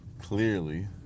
clearly